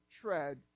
tread